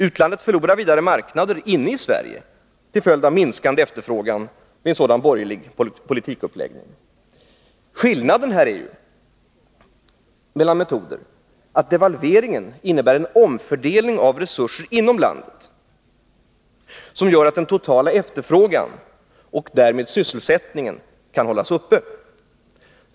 Utlandet förlorar vidare marknader inne i Sverige till följd av minskande efterfrågan vid en sådan borgerlig politikuppläggning. Skillnaden är ju att devalveringen innebär en omfördelning av resurser inom landet, som gör att den totala efterfrågan och därmed sysselsättningen kan hållas uppe.